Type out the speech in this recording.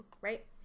right